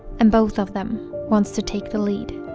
and both of them wants to take the lead